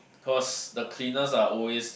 cause the cleaners are always